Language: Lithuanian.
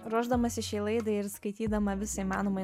ruošdamasi šiai laidai ir skaitydama visą įmanomą